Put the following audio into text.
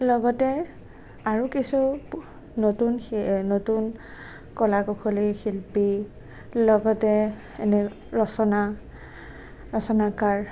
লগতে আৰু কিছু নতুন নতুন কলা কুশলী শিল্পী লগতে এনে ৰচনা ৰচনাকাৰ